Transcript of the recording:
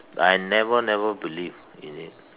but I never never believe in it